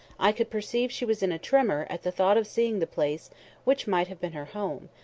i could perceive she was in a tremor at the thought of seeing the place which might have been her home,